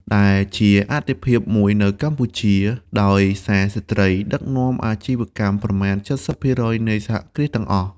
ដែលជាអាទិភាពមួយនៅកម្ពុជា ដោយសារស្ត្រីដឹកនាំអាជីវកម្មប្រមាណ ៧០% នៃសហគ្រាសទាំងអស់។